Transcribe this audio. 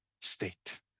state